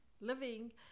living